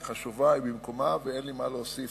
היא חשובה, היא במקומה, ואין לי מה להוסיף